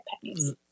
pennies